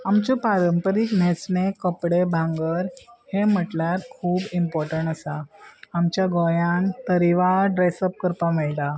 आमचे पारंपारीक न्हेसणे कपडे भांगर हे म्हटल्यार खूब इम्पोर्टंट आसा आमच्या गोंयान तरेवार ड्रेसप करपाक मेळटा